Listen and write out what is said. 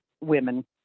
women